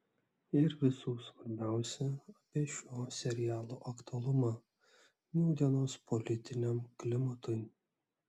ir visų svarbiausia apie šio serialo aktualumą nūdienos politiniam klimatui